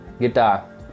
guitar